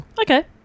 Okay